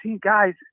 guys